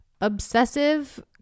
obsessive